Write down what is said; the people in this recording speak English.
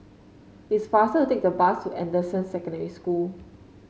it's faster to take the bus to Anderson Secondary School